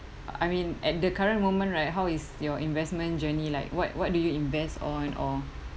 I mean at the current moment right how is your investment journey like what what do you invest on or